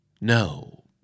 No